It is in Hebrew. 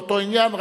באותו עניין,